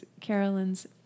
Carolyn's